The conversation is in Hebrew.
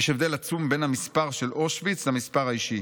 יש הבדל עצום בין המספר של אושוויץ למספר האישי.